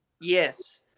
Yes